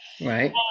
Right